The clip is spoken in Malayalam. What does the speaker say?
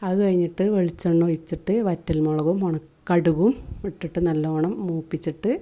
അതു കഴിഞ്ഞിട്ട് വെളിച്ചെണ്ണ ഒഴിച്ചിട്ട് വറ്റൽ മുളകും ഉണ കടുകും ഇട്ടിട്ട് നല്ലവണ്ണം മൂപ്പിച്ചിട്ട്